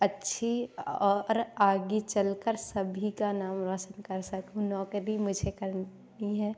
अच्छी और आगे चल कर सभी का नाम रौशन कर सकूँ नौकरी मुझे करनी है